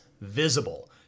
visible